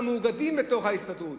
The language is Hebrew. המאוגדים בתוך ההסתדרות,